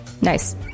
Nice